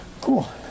Cool